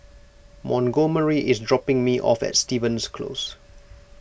Montgomery is dropping me off at Stevens Close